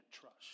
trust